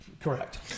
Correct